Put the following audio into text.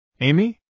Amy